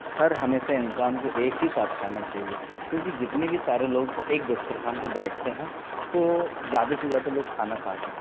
ہر ہمیشہ انسان کو ایک ہی ساتھ کھانا چاہیے کیونکہ جتنے بھی سارے لوگ ایک دسترخوان پہ بیٹھتے ہیں تو زیادہ سے زیادہ لوگ کھانا کھاتے ہیں